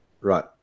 Right